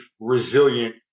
resilient